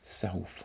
self